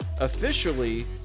officially